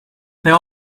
there